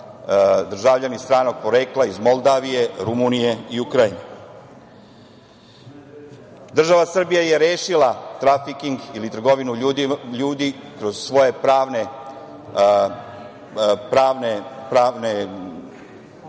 državljani stranog porekla iz Moldavije, Rumunije i Ukrajine. Država Srbija je rešila da trafiking ili trgovinu ljudi kroz svoje pravne